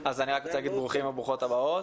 אז אני רק רוצה להגיד ברוכים וברוכות הבאות.